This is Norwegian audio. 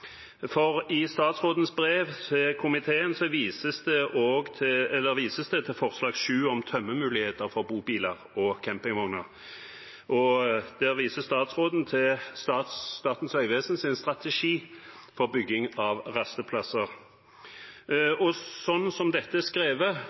I statsrådens brev til komiteen vises det til forslag nr. 7, om tømmemuligheter for bobiler og campingvogner. Der viser statsråden til Statens vegvesens strategi for bygging av rasteplasser.